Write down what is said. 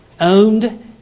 owned